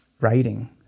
writing